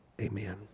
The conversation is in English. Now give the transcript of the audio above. Amen